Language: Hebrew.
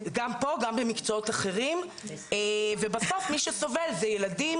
גם פה וגם במקצועות אחרים ובסוף מי שסובל זה ילדים